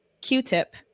q-tip